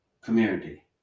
community